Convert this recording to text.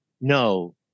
No